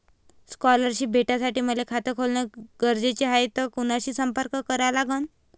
Scholarship भेटासाठी मले खात खोलने गरजेचे हाय तर कुणाशी संपर्क करा लागन?